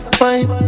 fine